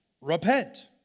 Repent